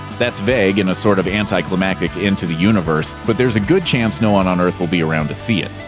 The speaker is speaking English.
that's vague, and a sort of anti-climactic end to the universe, but there's a good chance no one on earth will be around to see it.